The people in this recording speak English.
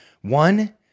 One